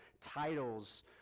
titles